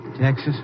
Texas